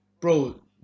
bro